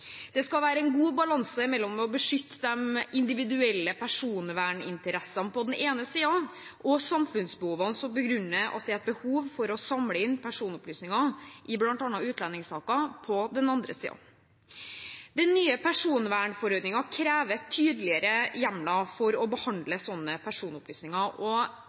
Det skal være en god balanse mellom å beskytte de individuelle personverninteressene på den ene siden og samfunnsbehovene som begrunner at det er et behov for å samle inn personopplysninger i bl.a. utlendingssaker, på den andre siden. Den nye personvernforordningen krever tydeligere hjemler for å behandle sånne personopplysninger, og